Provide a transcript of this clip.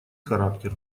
характер